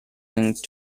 linked